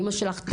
לאימא שלך,